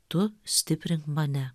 tu stiprink mane